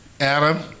Adam